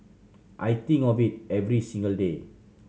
I think of it every single day